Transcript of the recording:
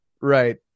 right